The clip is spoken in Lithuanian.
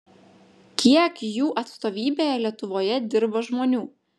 kiek jų atstovybėje lietuvoje dirba žmonių